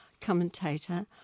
commentator